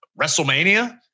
WrestleMania